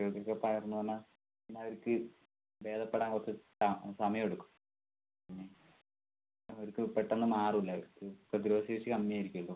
കുട്ടികൾക്കൊക്കെ പകർന്ന് വന്നാൽ പിന്നവർക്ക് ഭേദപ്പെടാൻ കുറച്ച് സമയം എടുക്കും അവർക്ക് പെട്ടന്ന് മാറില്ല അവർക്ക് പ്രതിരോധ ശേഷി കമ്മിയാരിക്കുവല്ലോ